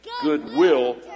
goodwill